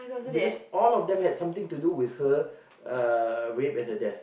because all of them have something to do with her uh rape and her death